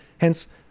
Hence